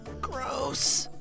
gross